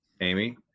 Amy